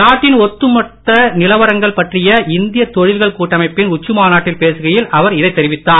நாட்டின் ஒட்டு மொத்த நிலவரங்கள் பற்றிய இந்திய தொழில்கள் கூட்டமைப்பின் உச்சிமாநாட்டில் பேசுகையில் இன்று அவர் இதை தெரிவித்தார்